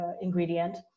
ingredient